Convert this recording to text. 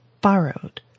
borrowed